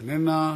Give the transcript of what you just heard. איננה,